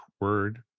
word